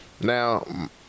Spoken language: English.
Now